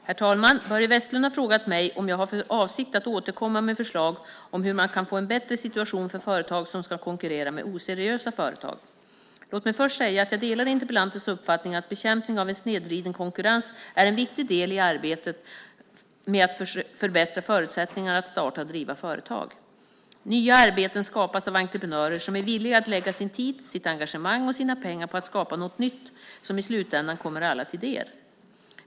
Herr talman! Börje Vestlund har frågat mig om jag har för avsikt att återkomma med förslag om hur man kan få en bättre situation för företag som ska konkurrera med oseriösa företag. Låt mig först säga att jag delar interpellantens uppfattning att bekämpning av en snedvriden konkurrens är en viktig del i arbetet med att förbättra förutsättningarna att starta och driva företag. Nya arbeten skapas av entreprenörer som är villiga att lägga sin tid, sitt engagemang och sina pengar på att skapa något nytt som i slutändan kommer alla till del.